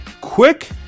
Quick